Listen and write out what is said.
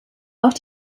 auch